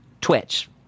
Twitch